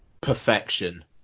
perfection